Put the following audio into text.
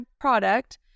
product